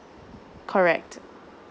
correct